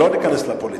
לא ניכנס לפוליטיקה.